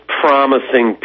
promising